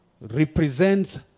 represents